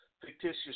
fictitious